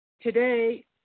today